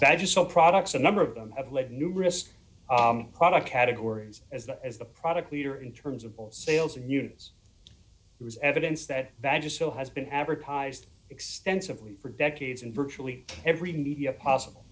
that is so products a number of them have led new risk product categories as well as the product leader in terms of sales and units there is evidence that that just so has been advertised extensively for decades and virtually every media possible